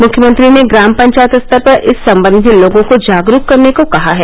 मुख्यमंत्री ने ग्राम पंचायत स्तर पर इस संबंध में लोगों को जागरूक करने को कहा है